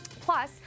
Plus